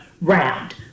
round